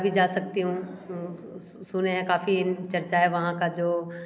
आगरा भी जा सकती हूँ हम्म सुना है काफ़ी चर्चा है वहाँ का जो